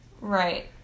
right